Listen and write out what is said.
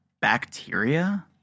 bacteria